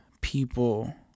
people